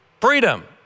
Freedom